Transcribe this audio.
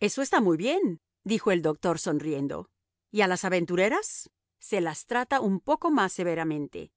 eso está muy bien dijo el doctor sonriendo y a las aventureras se las trata un poco más severamente